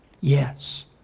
Yes